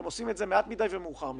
אתם עושים את זה מעט מידי ומאוחר מידי.